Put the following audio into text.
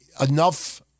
enough